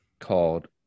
called